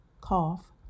cough